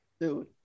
Dude